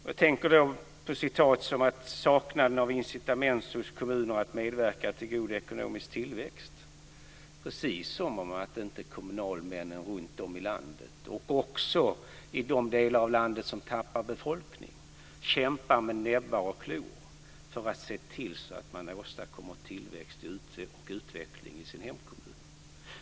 Jag tänker på uttryck som t.ex. saknaden av incitament hos kommuner att medverka till god ekonomisk tillväxt - precis som om inte kommunalmännen i landet, också i de delar av landet som tappar befolkning, kämpar med näbbar och klor för att åstadkomma tillväxt och utveckling i sina hemkommuner.